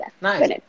Nice